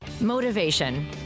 motivation